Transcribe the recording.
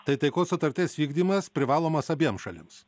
tai taikos sutarties vykdymas privalomas abiem šalims